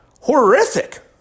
Horrific